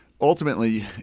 ultimately